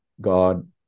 God